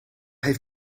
heeft